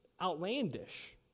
outlandish